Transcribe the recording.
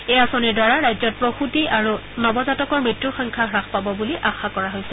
এই আঁচনিৰ দ্বাৰা ৰাজ্যত প্ৰসূতি আৰু নৱজাতকৰ মৃত্যুৰ সংখ্যা হ্ৰাস পাব বুলি আশা কৰা হৈছে